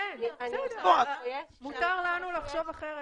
מותר לנו לחשוב אחרת.